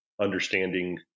understanding